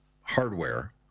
hardware